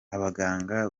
abaganga